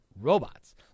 robots